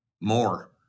more